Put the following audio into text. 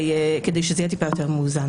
כדי שזה יהיה טיפה יותר מאוזן.